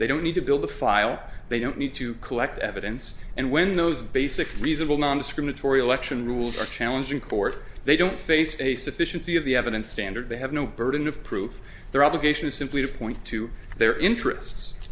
they don't need to build the file they don't need to collect evidence and when those basic reasonable nondiscriminatory election rules are challenging forth they don't face a sufficiency of the evidence standard they have no burden of proof their obligation is simply to point to their interests